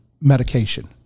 medication